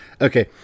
Okay